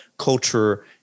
Culture